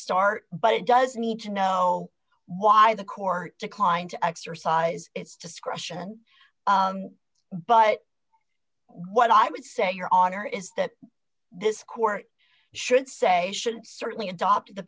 start but it does need to know why the court declined to exercise its discretion but what i would say your honor is that this court should say should certainly adopt the